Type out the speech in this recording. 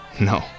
no